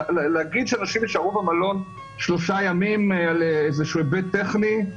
להגיד שאנשים יישארו במלון שלושה ימים בשל איזשהו היבט טכני,